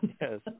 Yes